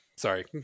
Sorry